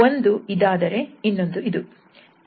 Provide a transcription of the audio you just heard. ಒಂದು ಇದಾದರೆ ಇನ್ನೊಂದು ಇದು